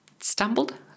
stumbled